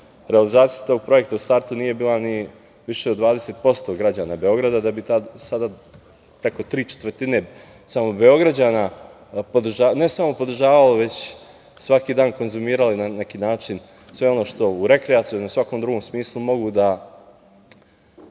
realizaciji tog projekta nije bila viša od 20% građana Beograda, a da bi sada preko tri četvrtine samo Beograđana, ne samo podržavalo, već svaki dan konzumiralo na neki način sve ono što u rekreacionom i svakom drugom smislu mogu da